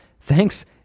Thanks